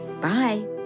Bye